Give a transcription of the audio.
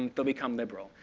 they'll become liberal.